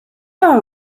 are